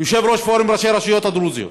יושב-ראש פורום ראשי הרשויות הדרוזיות,